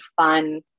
fun